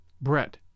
Brett